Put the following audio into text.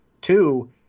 two